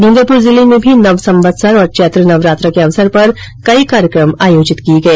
डूंगरपुर जिले में भी नवसंवत्सर और चैत्र नवरात्र के अवसर पर अनेक कार्यक्रम आयोजित किए गए